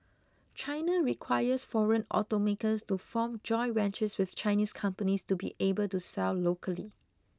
China requires foreign automakers to form joint ventures with Chinese companies to be able to sell locally